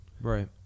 Right